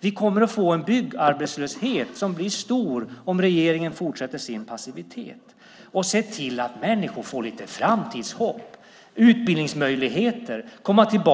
Vi kommer att få en byggarbetslöshet som blir stor om regeringen fortsätter sin passivitet. Se till att människor får lite framtidshopp, utbildningsmöjligheter och möjligheter att